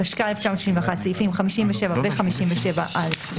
התשכ"א-1961 - סעיפים 57 ו-57א.